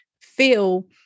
feel